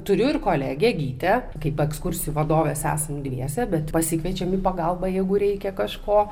turiu ir kolegę gytę kaip ekskursijų vadovės esam dviese bet pasikviečiam į pagalbą jeigu reikia kažko